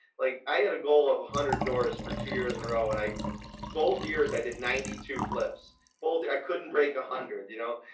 like i had a goal of a hundred doors for two years in a row and i both years i did ninety two flips both. i couldn't break a hundred, you know?